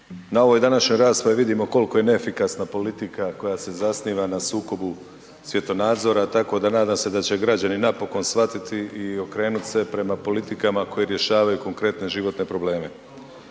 na ovoj današnjoj raspravi vidimo koliko je neefikasna politika koja se zasniva na sukobu svjetonazora tako da nadam se da će građani napokon shvatiti i okrenuti se prema politikama koje rješavaju konkretne životne probleme.